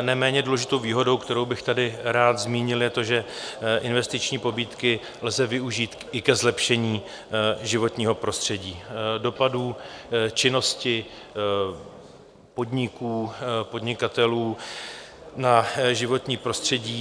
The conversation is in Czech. neméně důležitou výhodou, kterou bych tady rád zmínil, je to, že investiční pobídky lze využít i ke zlepšení životního prostředí, dopadů činnosti podniků, podnikatelů na životní prostředí.